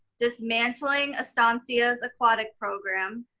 dismantling estancia's aquatic program,